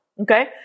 Okay